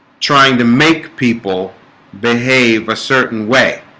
trying to make people behave a certain way